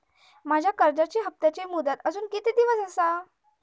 माझ्या कर्जाचा हप्ताची मुदत अजून किती दिवस असा?